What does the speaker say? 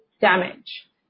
damage